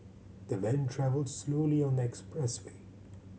the van travelled slowly on the expressway